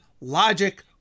logic